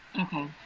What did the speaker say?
Okay